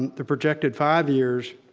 the projected five years